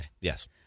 Yes